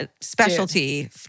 specialty